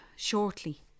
Shortly